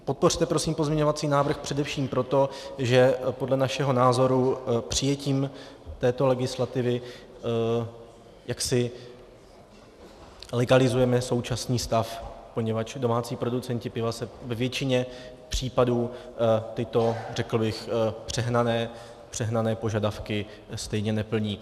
Podpořte prosím pozměňovací návrh především proto, že podle našeho názoru přijetím této legislativy legalizujeme současný stav, poněvadž domácí producenti piva ve většině případů tyto, řekl bych přehnané, požadavky stejně neplní.